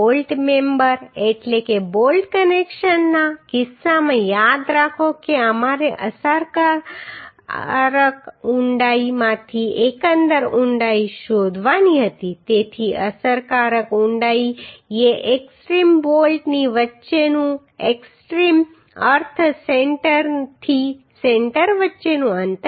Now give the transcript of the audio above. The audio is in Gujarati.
બોલ્ટ મેમ્બર એટલે બોલ્ટ કનેક્શનના કિસ્સામાં યાદ રાખો કે અમારે અસરકારક ઊંડાઈમાંથી એકંદર ઊંડાઈ શોધવાની હતી તેથી અસરકારક ઊંડાઈ એ એક્સ્ટ્રીમ બોલ્ટની વચ્ચેનું એક્સ્ટ્રીમ અર્થ સેન્ટરથી સેન્ટર વચ્ચેનું અંતર છે